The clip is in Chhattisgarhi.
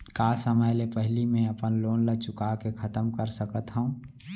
का समय ले पहिली में अपन लोन ला चुका के खतम कर सकत हव?